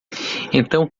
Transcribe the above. então